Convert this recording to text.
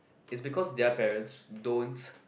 it's because their parents don't